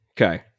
Okay